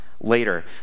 later